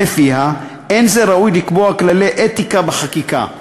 שלפיה אין זה ראוי לקבוע כללי אתיקה בחקיקה,